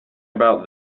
about